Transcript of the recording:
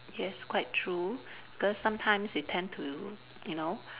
yes quite true because sometimes we tend to you know